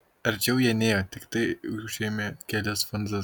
arčiau jie nėjo tiktai užėmė kelias fanzas